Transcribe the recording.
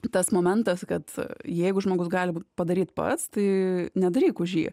tas momentas kad jeigu žmogus gali būt padaryt pats tai nedaryk už jį